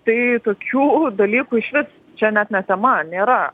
tai tokių dalykų išvis čia net ne tema nėra